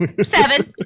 Seven